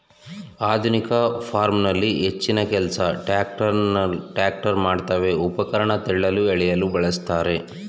ಆಧುನಿಕ ಫಾರ್ಮಲ್ಲಿ ಹೆಚ್ಚಿನಕೆಲ್ಸ ಟ್ರ್ಯಾಕ್ಟರ್ ಮಾಡ್ತವೆ ಉಪಕರಣ ತಳ್ಳಲು ಎಳೆಯಲು ಬಳುಸ್ತಾರೆ